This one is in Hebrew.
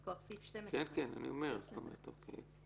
מכוח סעיף 12. אז